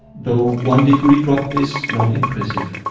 though one degree drop is not impressive.